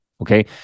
Okay